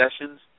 sessions